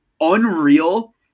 unreal